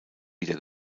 wieder